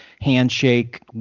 handshake